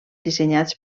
dissenyats